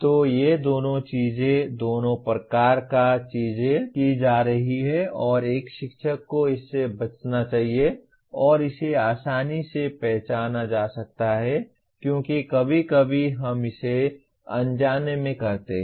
तो ये दोनों चीजें दोनों प्रकार की चीजें की जा रही हैं और एक शिक्षक को इससे बचना चाहिए और इसे आसानी से पहचाना जा सकता है क्योंकि कभी कभी हम इसे अनजाने में करते हैं